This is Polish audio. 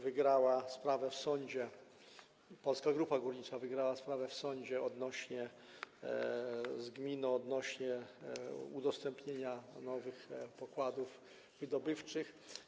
Wygrała sprawę w sądzie, Polska Grupa Górnicza wygrała sprawę w sądzie z gminą odnośnie do udostępnienia nowych pokładów wydobywczych.